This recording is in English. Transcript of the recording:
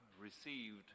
received